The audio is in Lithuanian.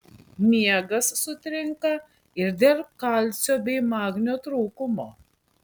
miegas sutrinka ir dėl kalcio bei magnio trūkumo